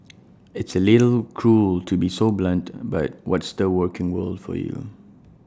it's A little cruel to be so blunt but what's the working world for you